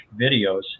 videos